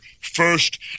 first